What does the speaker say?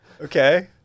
Okay